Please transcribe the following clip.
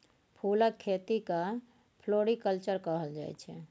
फुलक खेती केँ फ्लोरीकल्चर कहल जाइ छै